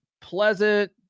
pleasant